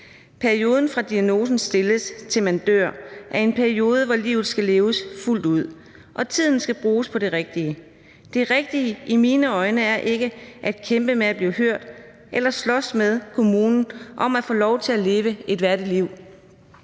Perioden, fra diagnosen stilles, til man dør, er en periode, hvor livet skal leves fuldt ud, og tiden skal bruges på det rigtige. Det rigtige i mine øjne er ikke at kæmpe med at blive hørt eller slås med kommunen om at få lov til at leve et værdigt liv.